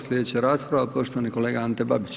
Sljedeća rasprava poštovani kolega Ante Babić.